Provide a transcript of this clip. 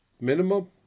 minimum